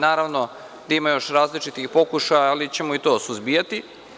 Naravno da ima još različitih pokušaja, ali ćemo i to suzbijati.